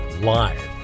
live